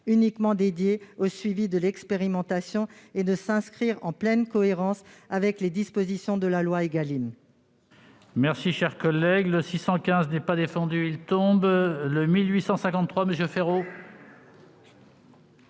uniquement consacrée au suivi de l'expérimentation et de s'inscrire en pleine cohérence avec les dispositions de la loi Égalim.